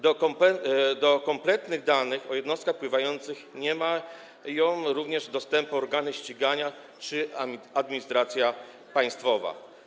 Do kompletnych danych o jednostkach pływających nie mają również dostępu organy ścigania czy administracja państwowa.